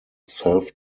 self